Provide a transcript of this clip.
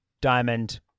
diamond